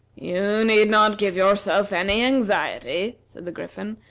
you need not give yourself any anxiety, said the griffin,